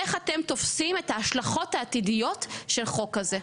איך אתם תופסים את ההשלכות העתידיות של חוק כזה,